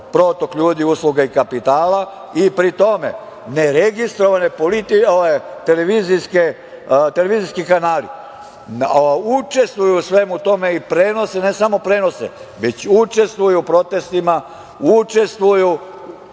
protok ljudi, usluga i kapitala i pri tome, ne registrovani televizijski kanali učestvuju u svemu tome i prenose, ne samo da prenose, već učestvuju u protestima, učestvuju